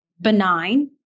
benign